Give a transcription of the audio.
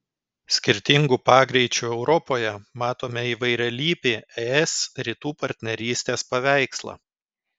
skirtingų pagreičių europoje matome įvairialypį es rytų partnerystės paveikslą